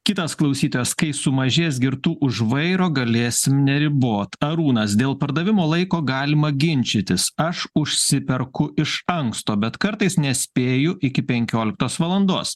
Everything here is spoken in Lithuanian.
kitas klausytojas kai sumažės girtų už vairo galėsim neribot arūnas dėl pardavimo laiko galima ginčytis aš užsiperku iš anksto bet kartais nespėju iki penkioliktos valandos